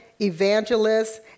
evangelists